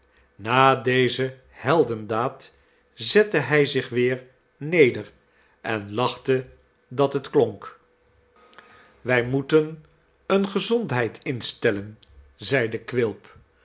na deze heldendaad zette hij zich weer neder en lachte dat het klonk wij moeten eene gezondheid instellen zeide quilp